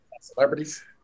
celebrities